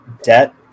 debt